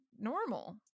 normal